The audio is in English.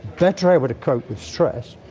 better able to cope with stress.